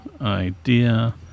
idea